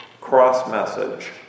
cross-message